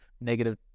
negative